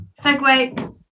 segue